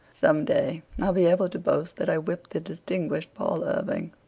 some day i'll be able to boast that i whipped the distinguished paul irving.